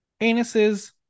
anuses